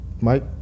Mike